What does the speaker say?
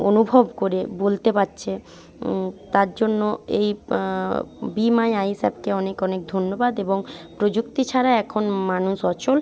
অনুভব করে বলতে পারছে তার জন্য এই বি মাই আইস অ্যাপকে অনেক অনেক ধন্যবাদ এবং প্রযুক্তি ছাড়া এখন মানুষ অচল